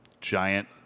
giant